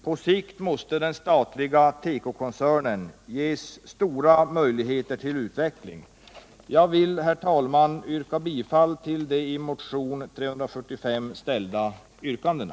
På sikt måste den statliga tekokoncernen ges stora möjligheter till utveckling. Jag vill, herr talman, yrka bifall till de i motionen 345 ställda yrkandena.